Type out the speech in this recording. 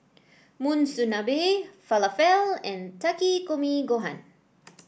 Monsunabe Falafel and Takikomi Gohan